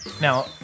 Now